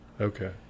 okay